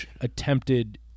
attempted